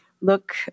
look